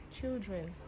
children